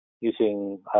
using